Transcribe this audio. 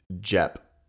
Jep